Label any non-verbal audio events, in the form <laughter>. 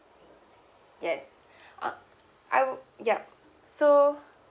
yes <breath> uh I will yup so